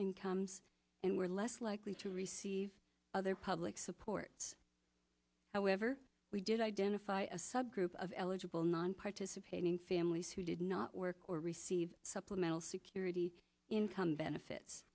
incomes and were less likely to receive other public support however we did identify a subgroup of eligible nonparticipating families who did not work or receive supplemental security income benefits